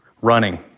running